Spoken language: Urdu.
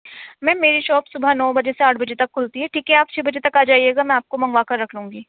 میم میری شاپ صبح نو بجے سے آٹھ بجے تک کھلتی ہے ٹھیک ہے آپ چھ بجے تک آ جائیے گا میں آپ کو منگوا کر رکھ لوں گی